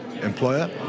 employer